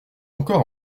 encore